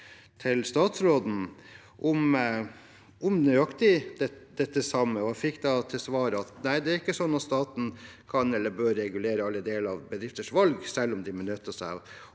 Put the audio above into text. til statsråden om nøyaktig det samme, og jeg fikk da til svar at nei, det er ikke sånn at staten kan eller bør regulere alle deler av bedrifters valg, selv om de benytter